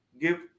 give